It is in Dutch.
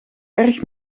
erg